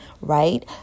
right